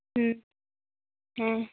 ᱦᱩᱸ ᱦᱮᱸ